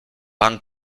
pan